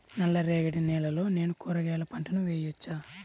నల్ల రేగడి నేలలో నేను కూరగాయల పంటను వేయచ్చా?